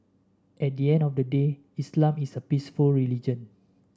at the end of the day Islam is a peaceful religion